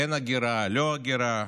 כן הגירה, לא הגירה.